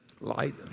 light